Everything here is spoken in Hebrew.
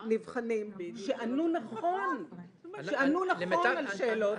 יוצא מחדר הישיבות.) אתם פסלתם לנבחנים שענו נכון על שאלות.